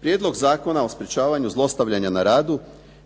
Prijedlog zakona o sprječavanju zlostavljanja na radu